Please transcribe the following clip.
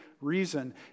reason